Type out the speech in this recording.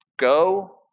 Go